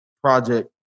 project